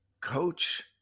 coach